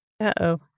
Uh-oh